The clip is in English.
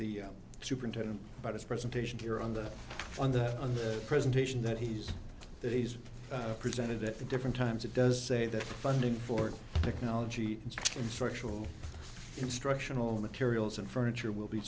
the superintendent about his presentation here on the on the on the presentation that he's that he's presented at the different times it does say that funding for technology and instructional instructional materials and furniture will be